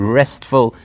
restful